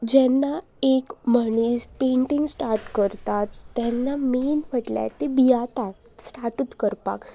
जेन्ना एक मनीस पेंटींग स्टार्ट करतात तेन्ना मेन म्हटल्यार ते भियाता स्टार्टूत करपाक